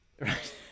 Right